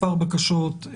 מספר בקשות,